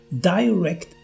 direct